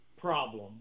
problem